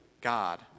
God